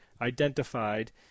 identified